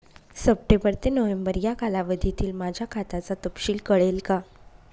September ते November या कालावधीतील माझ्या खात्याचा तपशील कळेल का?